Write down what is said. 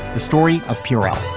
the story of puro